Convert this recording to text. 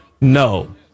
No